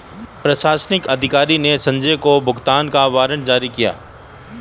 प्रशासनिक अधिकारी ने संजय को भुगतान का वारंट जारी किया